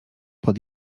pod